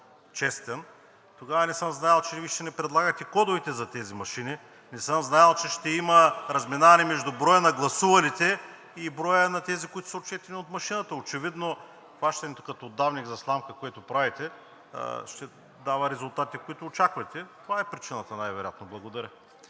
честен. Тогава не съм знаел, че Вие ще ни предлагате кодовете за тези машини. Не съм знаел, че ще има разминаване между броя на гласувалите и броя на тези, които са отчетени от машината. Очевидно хващането като удавник за сламка, което правите, ще дава резултати, които очаквате. Това е причината най-вероятно. Благодаря.